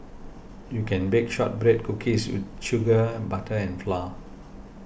you can bake Shortbread Cookies sugar butter and flour